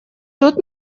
тут